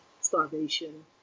starvation